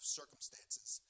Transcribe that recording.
circumstances